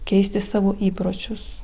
keisti savo įpročius